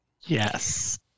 Yes